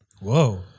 Whoa